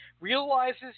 realizes